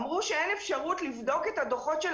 אמרו שאין אפשרות לבדוק את הדוחות של